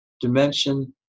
dimension